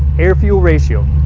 air fuel ratio.